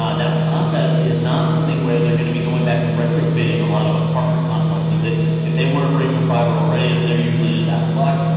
um that process is not something where they're going to be going back and retrofitting a lot of apartment complexes. if they wanna rig for fiber already, then they're usually just out of luck.